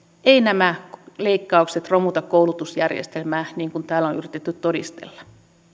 eivät nämä leikkaukset romuta koulutusjärjestelmää niin kuin täällä on yritetty todistella